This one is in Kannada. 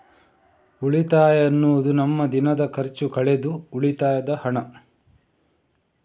ಉಳಿತಾಯ ಅನ್ನುದು ನಮ್ಮ ದಿನದ ಖರ್ಚು ಕಳೆದು ಉಳಿದ ಹಣ